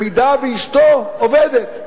אם אשתו עובדת.